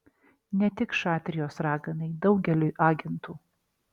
ne tik šatrijos raganai daugeliui agentų